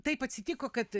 taip atsitiko kad